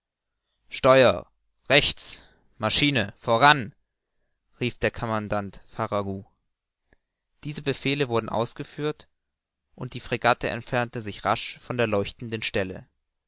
rechts maschine voran rief der commandant farragut diese befehle wurden ausgeführt und die fregatte entfernte sich rasch von der leuchtenden stelle